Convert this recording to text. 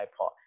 iPod